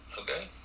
okay